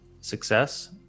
success